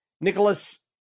Nicholas